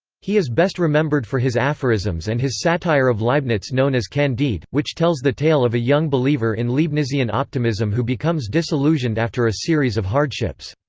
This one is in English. he is best remembered for his aphorisms and his satire of leibniz known as candide, which tells the tale of a young believer in leibnizian optimism who becomes disillusioned after a series of hardships.